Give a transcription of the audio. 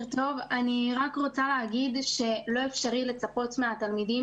אני רק רוצה להגיד שלא אפשרי לצפות מהתלמידים